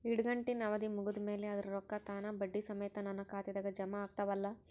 ಇಡಗಂಟಿನ್ ಅವಧಿ ಮುಗದ್ ಮ್ಯಾಲೆ ಅದರ ರೊಕ್ಕಾ ತಾನ ಬಡ್ಡಿ ಸಮೇತ ನನ್ನ ಖಾತೆದಾಗ್ ಜಮಾ ಆಗ್ತಾವ್ ಅಲಾ?